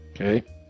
Okay